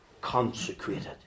consecrated